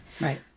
right